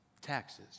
taxes